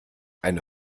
eine